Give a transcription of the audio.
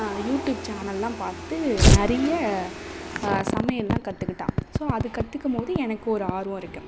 YouTube சேனல்லாம் பார்த்து நிறைய சமையலெலாம் கற்றுக்கிட்டா ஸோ அது கற்றுக்கம்போது எனக்கு ஒரு ஆர்வம் இருக்குது